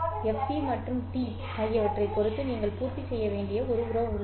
மேலும் fc மற்றும் Tஆகியவற்றைப் பொறுத்து நீங்கள் பூர்த்தி செய்ய வேண்டிய ஒரு உறவு உள்ளது